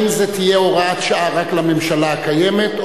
האם זו תהיה הוראת שעה רק לממשלה הקיימת,